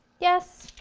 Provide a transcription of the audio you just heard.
yes.